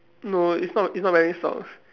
no he's not he's not wearing socks